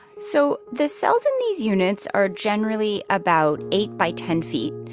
so the cells in these units are generally about eight by ten feet.